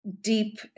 deep